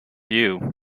you